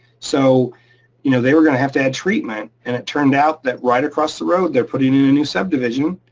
so you know they were gonna have to add treatment. and it turned out that right across the road, they're putting in a new subdivision